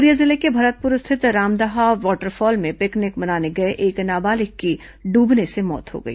Korea जिले के भरतपुर स्थित रमदाहा वाटरफॉल में पिकनिक मनाने गए एक नाबालिग की डूबने से मौत हो गई